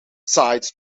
sides